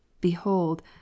Behold